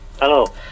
Hello